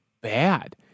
bad